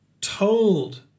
told